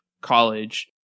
college